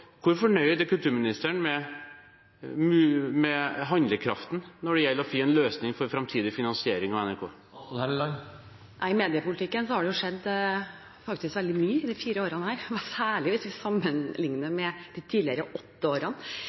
Hvor fornøyd er kulturministeren med handlekraften når det gjelder å finne en løsning for framtidig finansiering av NRK? I mediepolitikken har det faktisk skjedd veldig mye i disse fire årene, og særlig hvis vi sammenligner med de åtte årene